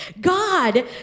God